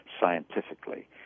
scientifically